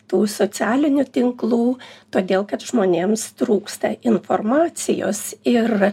tų socialinių tinklų todėl kad žmonėms trūksta informacijos ir